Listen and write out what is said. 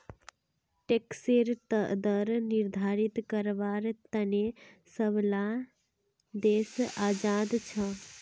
टैक्सेर दर निर्धारित कारवार तने सब ला देश आज़ाद छे